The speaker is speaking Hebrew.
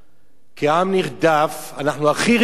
כעם נרדף, אנחנו הכי רגישים